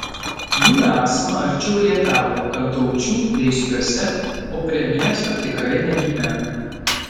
jų esama arčiau rietavo kantaučių reiskiuose o prie miesto tikrai negyvena